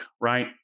right